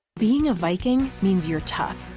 being a viking means you're tough.